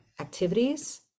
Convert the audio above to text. activities